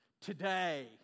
today